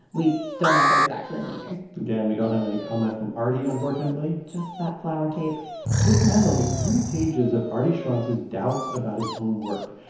we don't know if there was actually a meeting again, we don't have any comment from arty, unfortunately just that flower tape this memo is three pages of arty schronce's doubts about his own work.